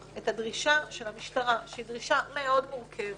שהדרישה של המשטרה שהיא דרישה מאוד מורכבת,